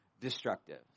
destructive